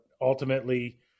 ultimately